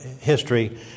history